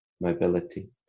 mobility